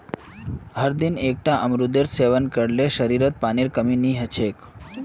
हरदिन एकता अमरूदेर सेवन कर ल शरीरत पानीर कमी नई ह छेक